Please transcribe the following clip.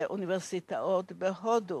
ואוניברסיטאות בהודו.